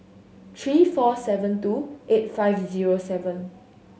three four seven two eight five zero seven